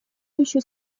еще